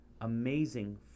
Amazing